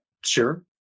Sure